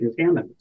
contaminants